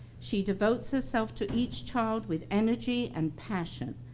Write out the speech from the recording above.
she devotes herself to each child with energy and passion.